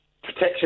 Protection